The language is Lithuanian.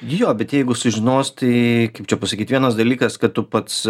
jo bet jeigu sužinos tai kaip čia pasakyt vienas dalykas kad tu pats